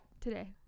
Today